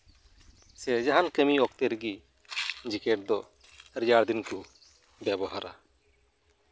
ᱥᱮ ᱡᱟᱦᱟᱱ ᱠᱟᱹᱢᱤ ᱚᱠᱛᱮ ᱨᱮᱜᱮ ᱡᱮᱠᱮᱹᱴ ᱫᱚ ᱨᱮᱭᱟᱲ ᱫᱤᱱ ᱠᱚ ᱵᱮᱵᱚᱦᱟᱨᱟ